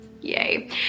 Yay